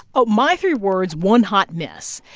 oh, my three words one hot mess.